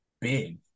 big